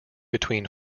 between